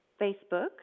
Facebook